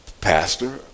Pastor